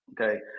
Okay